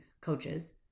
coaches